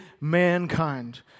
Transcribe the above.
mankind